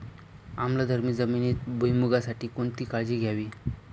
आम्लधर्मी जमिनीत भुईमूगासाठी कोणती काळजी घ्यावी?